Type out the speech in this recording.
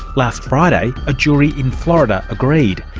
last friday a jury in florida agreed.